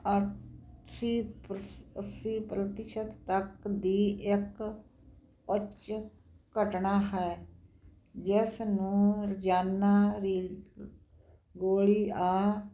ਆਸੀ ਪ੍ਰ ਅੱਸੀ ਪ੍ਰਤੀਸ਼ਤ ਤੱਕ ਦੀ ਇੱਕ ਉੱਚ ਘਟਨਾ ਹੈ ਜਿਸ ਨੂੰ ਰੋਜ਼ਾਨਾ ਰੀ ਗੋਲੀਆਂ